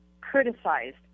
criticized